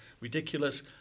ridiculous